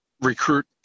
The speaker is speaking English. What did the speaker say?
recruit